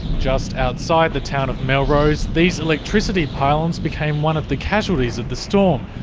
just outside the town of melrose, these electricity pylons became one of the casualties of the storm,